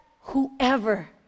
whoever